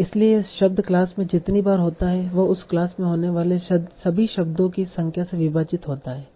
इसलिएयह शब्द क्लास में जितनी बार होता है वह उस क्लास में होने वाले सभी शब्दों की संख्या से विभाजित होता है